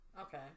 Okay